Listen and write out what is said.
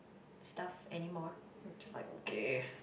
stuff anymore I was like okay